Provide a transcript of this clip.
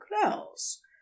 close